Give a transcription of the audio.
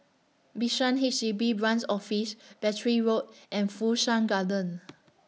Bishan H D B Branch Office Battery Road and Fu Shan Garden